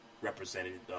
represented